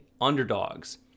underdogs